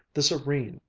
the serene,